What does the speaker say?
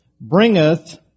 bringeth